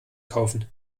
kaufen